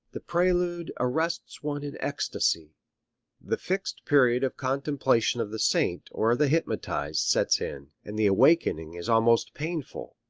the prelude arrests one in ecstasy the fixed period of contemplation of the saint or the hypnotized sets in, and the awakening is almost painful.